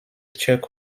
chuck